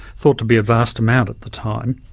thought to be a vast amount at the time,